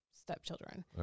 stepchildren